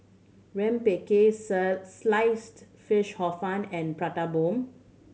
rempeyek Sliced Fish Hor Fun and Prata Bomb